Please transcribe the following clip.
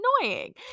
annoying